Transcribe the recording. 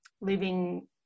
living